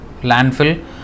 landfill